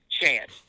chance